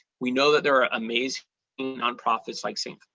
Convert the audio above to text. we know that there are amazing nonprofits like st.